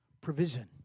provision